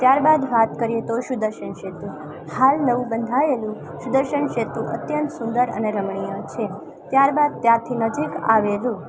ત્યારબાદ વાત કરીએ તો સુદર્શન સેતુ હાલ નવું બંધાયેલું સુદર્શન સેતુ અત્યંત સુંદર અને રમણીય છે ત્યારબાદ ત્યાંથી નજીક આવેલું